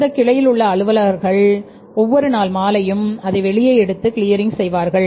அந்தக் கிளையில் உள்ள அலுவலர்கள் ஒவ்வொரு நாள் மாலையும் அதை வெளியே எடுத்து கிளியரிங் செய்வார்கள்